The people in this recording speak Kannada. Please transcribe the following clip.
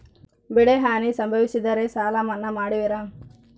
ಬೆಳೆಹಾನಿ ಸಂಭವಿಸಿದರೆ ಸಾಲ ಮನ್ನಾ ಮಾಡುವಿರ?